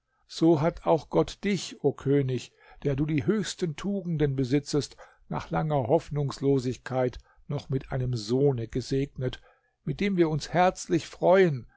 so hat auch gott dich o könig der du die höchsten tugenden besitzest nach langer hoffnungslosigkeit noch mit einem sohne gesegnet mit dem wir uns herzlich freuen